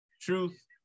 truth